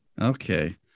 Okay